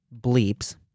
bleeps